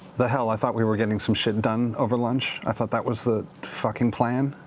the hell, i thought we were getting some shit done over lunch? i thought that was the fucking plan?